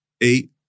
eight